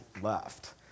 left